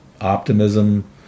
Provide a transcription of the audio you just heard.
optimism